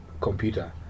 computer